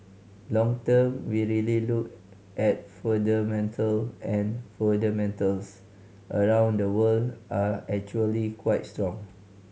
long term we really look at fundamental and fundamentals across the world are actually quite strong